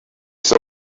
base